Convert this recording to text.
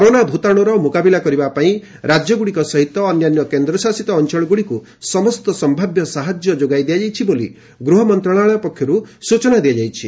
corona ଭତାଣୁର ମୁକାବିଲା କରିବା ପାଇଁ ରାଜ୍ୟଗୁଡିକ ସହିତ ଅନ୍ୟାନ୍ୟ କେନ୍ଦ୍ରଶାସିତ ଅଞ୍ଚଳଗୁଡିକୁ ସମସ୍ତ ସମ୍ଭାବ୍ୟ ସାହାଯ୍ୟ ଯୋଗାଇ ଦିଆଯାଇଛି ବୋଲି ଗୃହମନ୍ତ୍ରଣାଳୟ ପକ୍ଷରୁ ସ୍ଚଚନା ଦିଆଯାଇଛି